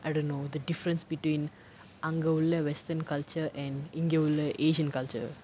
I don't know the difference between அங்க உள்ள:anga ulla western culture and இங்க உள்ள:inga ulla asian culture